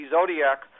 Zodiac